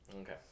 Okay